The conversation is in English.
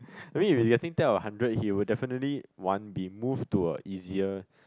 I mean if he's getting ten out of hundred he would definitely want be moved to a easier